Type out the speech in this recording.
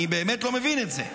אני באמת לא מבין את זה.